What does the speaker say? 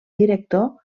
director